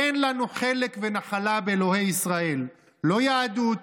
אין לנו חלק ונחלה באלוהי ישראל, לא יהדות,